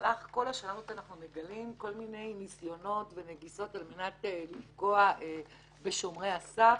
אנחנו מגלים כל מיני ניסיונות ונגיסות על מנת לפגוע בשומרי הסף.